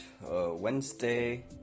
Wednesday